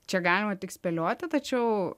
čia galima tik spėlioti tačiau